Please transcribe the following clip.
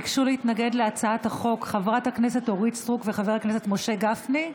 ביקשו להתנגד להצעת החוק חברת הכנסת אורית סטרוק וחבר הכנסת משה גפני.